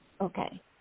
okay